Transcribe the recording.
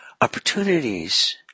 opportunities